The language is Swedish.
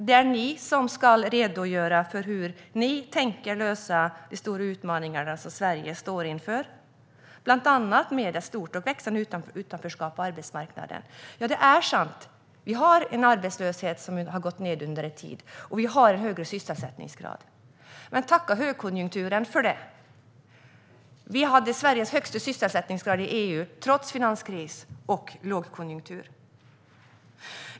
Det är ni som ska redogöra för hur ni tänker lösa de stora utmaningar som Sverige står inför med bland annat ett stort och växande utanförskap på arbetsmarknaden. Det är sant att vi har en arbetslöshet som har gått ned under en tid och att vi har en högre sysselsättningsgrad. Men tacka högkonjunkturen för det! Sverige hade under Alliansens styre EU:s högsta sysselsättningsgrad trots finanskris och lågkonjunktur.